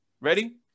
Ready